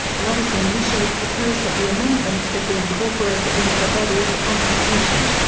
madison initially proposed that the amendments would be incorporated into the body of the constitution.